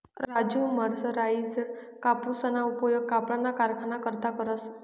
Raju mercerised कापूसना उपयोग कपडाना कारखाना करता करस